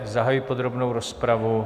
Zahajuji podrobnou rozpravu.